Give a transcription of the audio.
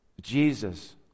Jesus